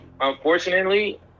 unfortunately